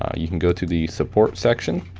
ah you can go to the support section,